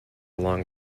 long